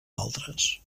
altres